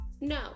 No